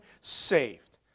saved